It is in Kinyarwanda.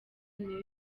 niyo